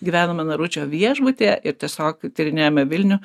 gyvenome naručio viešbutyje ir tiesiog tyrinėjome vilnių